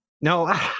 no